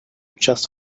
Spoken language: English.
just